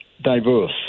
diverse